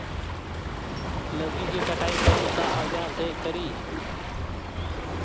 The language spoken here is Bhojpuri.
लौकी के कटाई कौन सा औजार से करी?